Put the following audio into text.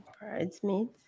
Bridesmaids